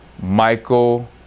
Michael